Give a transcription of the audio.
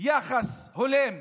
יחס הולם,